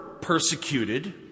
persecuted